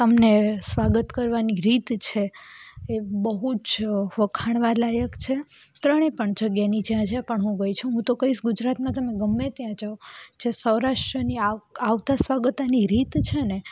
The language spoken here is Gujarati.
તમને સ્વાગત કરવાની રીત છે એ બહુ જ વખાણવાલાયક છે ત્રણે પણ જગ્યાની જ્યાં જ્યાં પણ હું ગઈ છું હું તો કહીશ ગુજરાતમાં તમે ગમે ત્યાં જાઓ જે સૌરાષ્ટ્રની આગતા સ્વાગતાની રીત છે ને